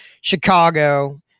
Chicago